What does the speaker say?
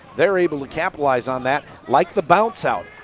they are able to capitalize on that, like the bounce out.